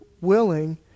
willing